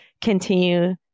continue